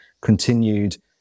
continued